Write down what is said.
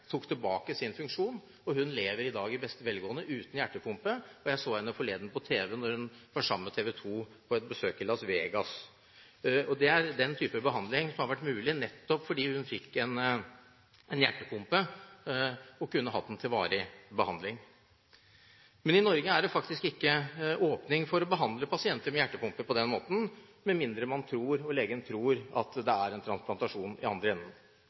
lever i dag i beste velgående uten hjertepumpe. Jeg så henne forleden på tv da hun sammen med TV 2 var på besøk i Las Vegas. Den type behandling var mulig nettopp fordi hun fikk en hjertepumpe, og hun kunne hatt den som varig behandling. Men i Norge er det faktisk ikke åpning for å behandle pasienter med hjertepumpe på den måten med mindre legen tror det er en transplantasjon i andre enden. Dette medfører at mange pasienter er i